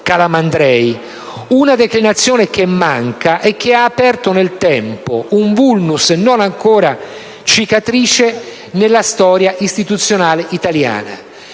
tratta di una declinazione che manca e che ha aperto nel tempo un *vulnus* privo ancora di cicatrice nella storia istituzionale italiana,